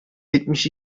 yetmiş